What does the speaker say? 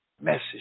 message